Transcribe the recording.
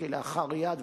כלאחר יד,